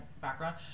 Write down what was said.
background